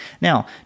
Now